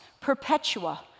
Perpetua